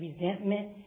resentment